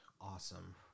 awesome